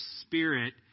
spirit